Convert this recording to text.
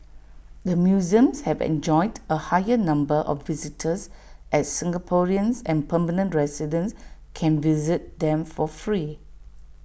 the museums have enjoyed A higher number of visitors as Singaporeans and permanent residents can visit them for free